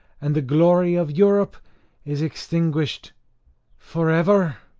and the glory of europe is extinguished for ever?